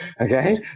okay